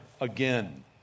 again